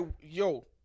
Yo